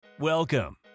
Welcome